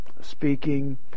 speaking